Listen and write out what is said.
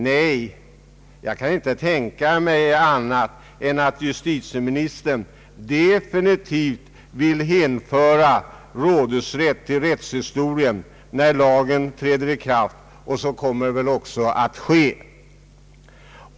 Nej, jag kan inte tänka mig annat än att justitieministern definitivt vill hänföra ordet rådhusrätt till rättshistorien när lagen träder i kraft. Så kommer väl också att ske.